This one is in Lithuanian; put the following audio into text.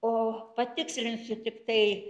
o patikslinsiu tiktai